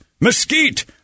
mesquite